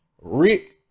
Rick